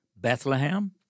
Bethlehem